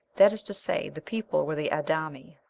that is to say, the people were the ad-ami,